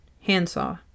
handsaw